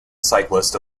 cyclist